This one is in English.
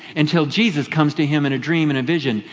until jesus comes to him in a dream, and a vision,